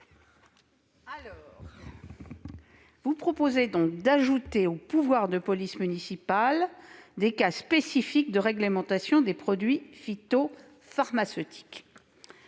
Vous proposez d'ajouter aux pouvoirs de police municipale des cas spécifiques de réglementation des produits phytopharmaceutiques.